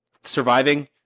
surviving